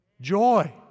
Joy